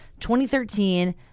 2013